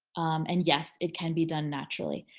and yes, it can be done naturally.